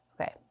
Okay